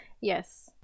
Yes